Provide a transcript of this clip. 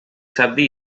sabe